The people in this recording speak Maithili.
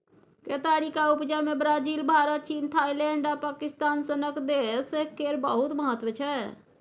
केतारीक उपजा मे ब्राजील, भारत, चीन, थाइलैंड आ पाकिस्तान सनक देश केर बहुत महत्व छै